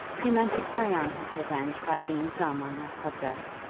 he meant to carry on his revenge by being dumb on that subject.